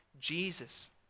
Jesus